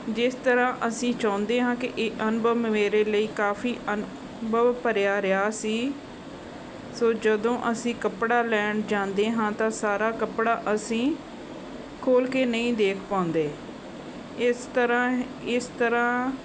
ਜਿਸ ਤਰ੍ਹਾਂ ਅਸੀਂ ਚਾਹੁੰਦੇ ਹਾਂ ਕਿ ਇਹ ਅਨੁਭਵ ਮੇਰੇ ਲਈ ਕਾਫ਼ੀ ਅਨੁਭਵ ਭਰਿਆ ਰਿਹਾ ਸੀ ਸੋ ਜਦੋਂ ਅਸੀਂ ਕੱਪੜਾ ਲੈਣ ਜਾਂਦੇ ਹਾਂ ਤਾਂ ਸਾਰਾ ਕੱਪੜਾ ਅਸੀਂ ਖੋਲ੍ਹ ਕੇ ਨਹੀਂ ਦੇਖ ਪਾਉਂਦੇ ਇਸ ਤਰ੍ਹਾਂ ਇਸ ਤਰ੍ਹਾਂ